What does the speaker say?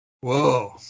Whoa